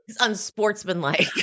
unsportsmanlike